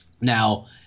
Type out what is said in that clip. Now